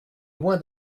loin